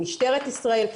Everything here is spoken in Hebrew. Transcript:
משטרת ישראל,